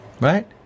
Right